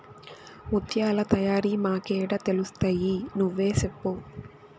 ముత్యాల తయారీ మాకేడ తెలుస్తయి నువ్వే సెప్పు